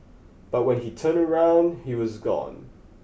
but when he turned around he was gone